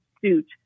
suit